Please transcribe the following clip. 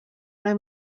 una